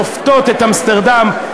לופתות את אמסטרדם.